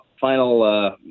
final, –